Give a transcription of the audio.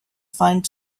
find